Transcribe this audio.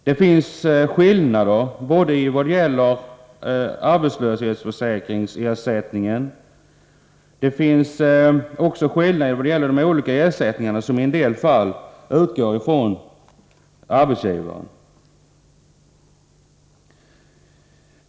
Det finns skillnader vad gäller både ersättningen från arbetslöshetsförsäkringen och de övriga ersättningarna, som i en del fall utgår från arbetsgivaren.